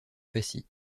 passy